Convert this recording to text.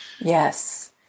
Yes